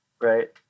right